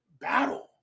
battle